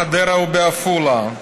בחדרה ובעפולה.